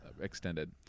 Extended